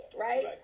right